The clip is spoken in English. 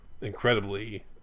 incredibly